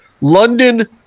London